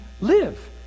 live